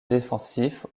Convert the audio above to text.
défensif